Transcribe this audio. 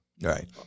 Right